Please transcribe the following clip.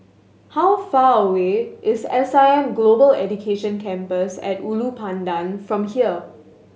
how far away is S I M Global Education Campus At Ulu Pandan from here